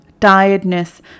tiredness